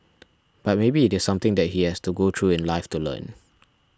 but maybe it is something that he has to go through in life to learn